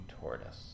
tortoise